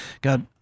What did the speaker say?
God